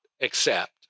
accept